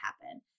happen